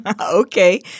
Okay